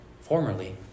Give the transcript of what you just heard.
Formerly